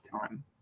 time